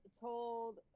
told